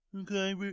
okay